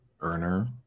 earner